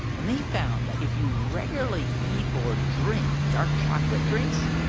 and they found that if you regularly eat or drink dark chocolate drinks,